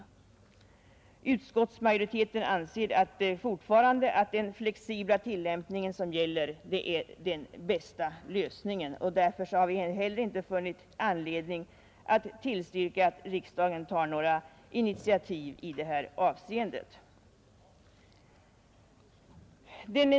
Utskottsmajoriteten anser fortfarande att den flexibla tillämpning som gäller är den bästa lösningen, och därför har vi inte heller funnit anledning att tillstyrka att riksdagen tar några initiativ i detta avseende.